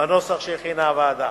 בנוסח שהכינה הוועדה.